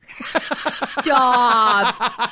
Stop